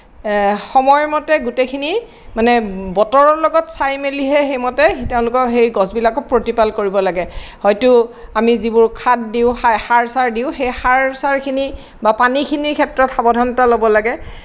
সময়মতে গোটেইখিনি মানে বতৰৰ লগত চাই মেলিহে সেইমতে তেওঁলোকৰ সেই গছবিলাকক প্ৰতিপাল কৰিব লাগে হয়তো আমি যিবোৰ খাত দিওঁ সা সাৰ চাৰ দিওঁ সেই সাৰ চাৰ খিনি বা পানীখিনিৰ ক্ষেত্ৰত সাৱধানতা ল'ব লাগে